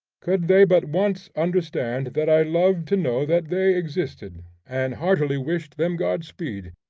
could they but once understand that i loved to know that they existed, and heartily wished them god-speed,